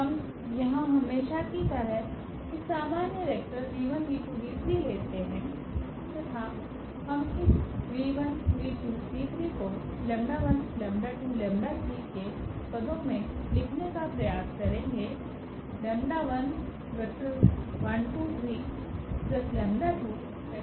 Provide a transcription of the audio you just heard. हम यहाँ हमेशा कि तरह एक सामान्य वेक्टर लेते हैं तथा हम इस को 𝜆1𝜆 2𝜆3के पदो मे लिखने का प्रयास करेगे